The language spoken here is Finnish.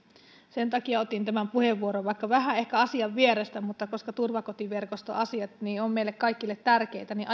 sen takia otin tämän puheenvuoron vaikka onkin vähän ehkä asian vierestä mutta koska turvakotiverkostoasiat ovat meille kaikille tärkeitä niin